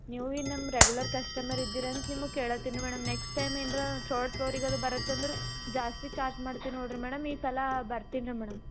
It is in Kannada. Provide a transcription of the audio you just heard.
ನೀವು ಏನು ನಮ್ಮ ರೆಗ್ಯುಲರ್ ಕಸ್ಟಮರ್ ಇದ್ದೀರಂತ ನಿಮ್ಗೆ ಕೇಳಾತೀನಿ ಮೇಡಮ್ ನೆಕ್ಸ್ಟ್ ಟೈಮ್ ಏನ್ರ ಥರ್ಡ್ ಫ್ಲೋರಿಗಿದೆ ಬರತ್ತಂದ್ರೆ ಜಾಸ್ತಿ ಚಾರ್ಜ್ ಮಾಡ್ತೀವಿ ನೋಡ್ರಿ ಮೇಡಮ್ ಈಸಲ ಬರ್ತೀನಿ ರೀ ಮೇಡಮ್